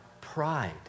pride